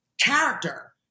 character